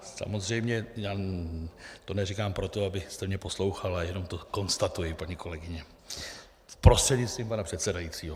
Samozřejmě to neříkám proto, abyste mě poslouchala, jenom to konstatuji, paní kolegyně prostřednictvím pana předsedajícího.